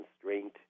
constraint